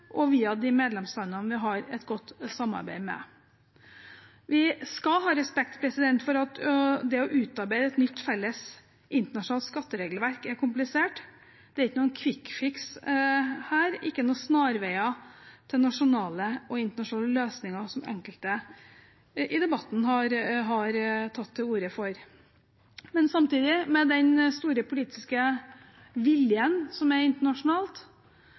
og via de medlemslandene vi har et godt samarbeid med. Vi skal ha respekt for at det å utarbeide et nytt, felles internasjonalt skatteregelverk er komplisert. Det er ikke noen kvikkfiks her, ikke noen snarveier til nasjonale og internasjonale løsninger, som enkelte i debatten har tatt til orde for. Men samtidig, med den store politiske viljen som er internasjonalt,